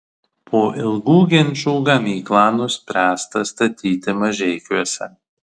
po ilgų ginčų gamyklą nuspręsta statyti mažeikiuose